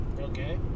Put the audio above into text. Okay